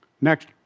Next